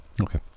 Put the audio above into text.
Okay